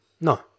no